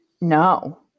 No